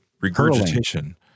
regurgitation